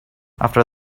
after